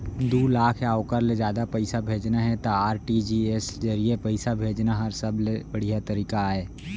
दू लाख या ओकर ले जादा पइसा भेजना हे त आर.टी.जी.एस के जरिए पइसा भेजना हर सबले बड़िहा तरीका अय